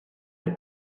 have